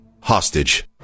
hostage